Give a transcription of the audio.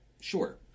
Sure